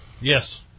Yes